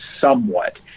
somewhat